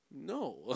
no